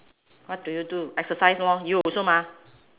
what do you do exercise lor you also mah